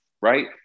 right